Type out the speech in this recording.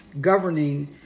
governing